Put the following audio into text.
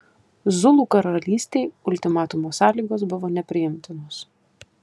zulų karalystei ultimatumo sąlygos buvo nepriimtinos